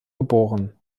geboren